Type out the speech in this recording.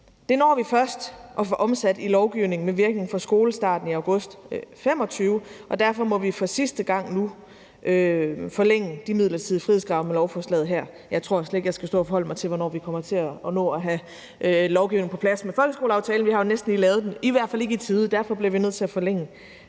Det når vi først at få omsat i lovgivning med virkning fra skolestarten i august 2025, og derfor må vi for sidste gang nu forlænge de midlertidige frihedsgrader med lovforslaget her. Jeg tror slet ikke, jeg skal stå og forholde mig til, hvornår vi kommer til at nå at have lovgivningen på plads med folkeskoleaftalen, for vi har jo næsten lige indgået den. Vi får den i hvert fald ikke på plads i tide, og derfor bliver vi nødt til at forlænge